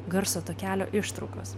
garso takelio ištraukos